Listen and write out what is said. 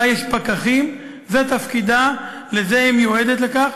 לה יש פקחים, זה תפקידה, היא מיועדת לכך.